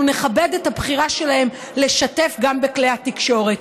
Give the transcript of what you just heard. אנחנו נכבד את הבחירה שלהם לשתף גם בכלי התקשורת,